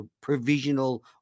provisional